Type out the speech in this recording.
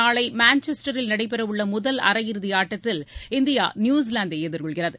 நாளை மான்செஸ்டரில் நடைபெறவுள்ள முதல் அரையிறுதி ஆட்டத்தில் இந்தியா நியூசிலாந்தை எதிர்கொள்கிறது